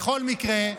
בכל מקרה,